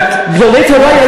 לא.